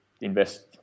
invest